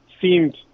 seemed